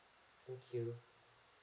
thank you